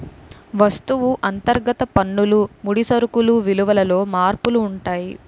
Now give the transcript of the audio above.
వస్తువు అంతర్గత పన్నులు ముడి సరుకులు విలువలలో మార్పులు ఉంటాయి